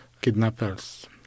kidnappers